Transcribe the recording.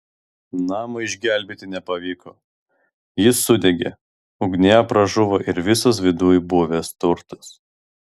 namo išgelbėti nepavyko jis sudegė ugnyje pražuvo ir visas viduj buvęs turtas